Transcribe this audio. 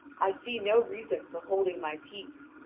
i see no reason for holding my peace,